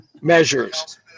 measures